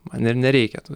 man ir nereikia tų